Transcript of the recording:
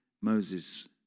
Moses